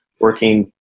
working